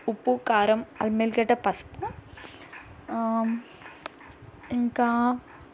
ఉప్పు కారం అలిమేలు గడ్డ పసుపు ఇంకా